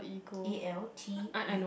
A L T E